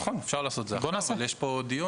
נכון, אפשר לעשות את זה עכשיו, אבל יש פה דיון.